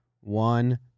One